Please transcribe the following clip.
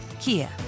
Kia